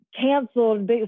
canceled